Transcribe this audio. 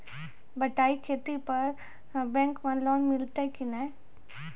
बटाई खेती पर बैंक मे लोन मिलतै कि नैय?